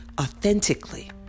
authentically